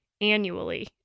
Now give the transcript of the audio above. annually